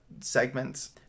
segments